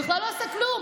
הוא בכלל לא עשה כלום.